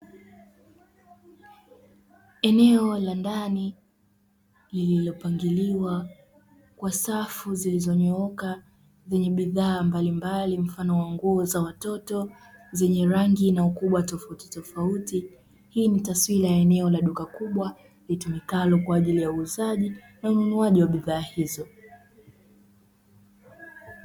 Eneo la ndani lililopangiliwa kwa safu zilizonyooka zenye bidhaa mbalimbali mfano nguo za watoto zenye rangi na ukubwa tofautitofauti, hii ni taswira ya duka kubwa litumikalo kwa ajili ya uuzaji na ununuaji wa bidhaa hizo.